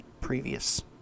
previous